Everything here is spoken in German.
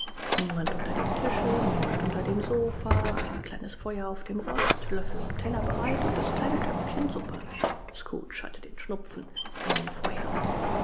niemand unter dem tische niemand unter dem sofa ein kleines feuer auf dem rost löffel und teller bereit und das kleine töpfchen suppe scrooge hatte den schnupfen an dem feuer